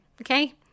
okay